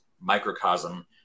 microcosm